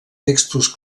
textos